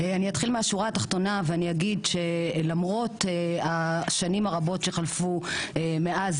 אני אתחיל מהשורה התחתונה ואני אגיד שלמרות השנים הרבות שחלפו מאז